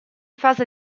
fase